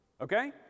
Okay